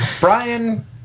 Brian